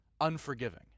unforgiving